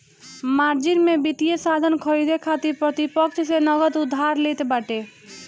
margin में वित्तीय साधन खरीदे खातिर प्रतिपक्ष से नगद उधार लेत बाटे